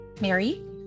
Mary